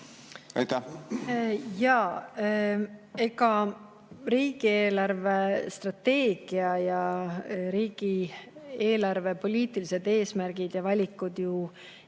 samme. Riigi eelarvestrateegia ja riigieelarve poliitilised eesmärgid ja valikud ju